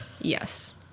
Yes